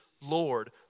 Lord